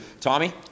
Tommy